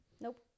Nope